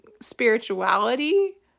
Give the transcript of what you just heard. spirituality